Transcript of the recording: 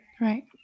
Right